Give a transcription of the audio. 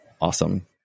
awesome